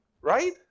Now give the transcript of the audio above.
Right